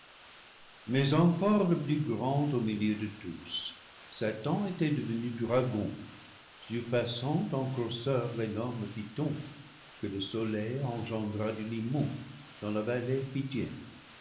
mais encore le plus grand au milieu de tous satan était devenu dragon surpassant en grosseur l'énorme python que le soleil engendra du limon dans la vallée